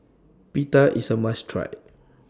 Pita IS A must Try